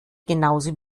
genauso